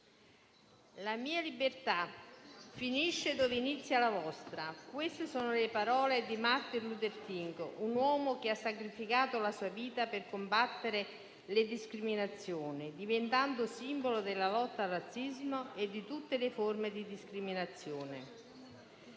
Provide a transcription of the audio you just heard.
«La mia libertà finisce dove inizia la vostra». Queste sono le parole di Martin Luther King, un uomo che ha sacrificato la sua vita per combattere le discriminazioni, diventando simbolo della lotta al razzismo e a tutte le forme di discriminazione.